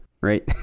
right